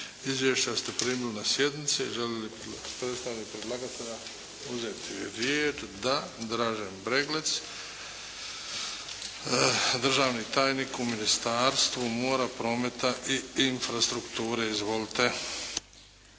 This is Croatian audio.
Izvješća ste primili na sjednici. Želi li predstavnik predlagatelja uzeti riječ? Da. Dražen Breglec, državni tajnik u Ministarstvu mora, prometa i infrastrukture. Izvolite.